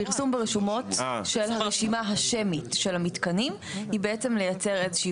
הפרסום ברשומות של הרשימה השמית של המתקנים היא בעצם לייצר איזה שהיא